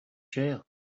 jail